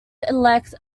elect